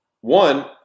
one